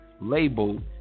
labeled